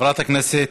חברת הכנסת